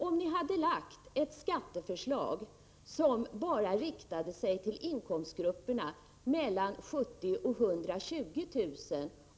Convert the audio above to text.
Om ni hade lagt fram ett skatteförslag som bara riktade sig till inkomstgrupperna mellan 70 000 och 120 000 kr.